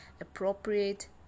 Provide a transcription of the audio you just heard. appropriate